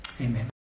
Amen